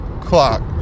clock